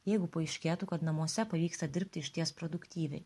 jeigu paaiškėtų kad namuose pavyksta dirbti išties produktyviai